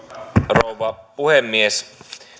rouva puhemies